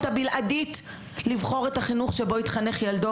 הבלעדית לבחור את החינוך שבו התחנך ילדו,